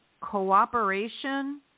cooperation